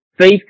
faith